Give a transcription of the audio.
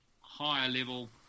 higher-level